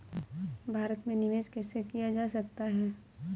भारत में निवेश कैसे किया जा सकता है?